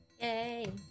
Yay